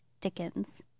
Dickens